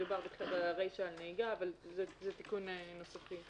מדובר ברישא על נהיגה, אבל זה תיקון נוסחי.